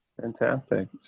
Fantastic